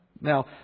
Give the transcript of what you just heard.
Now